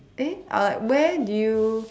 and then I like where did you